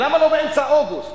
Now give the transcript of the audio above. למה לא באמצע אוגוסט?